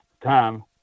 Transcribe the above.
time